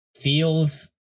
feels